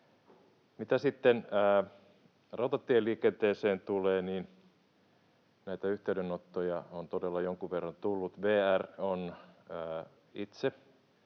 Mitä sitten rautatieliikenteeseen tulee, näitä yhteydenottoja on todella jonkun verran tullut. VR on itse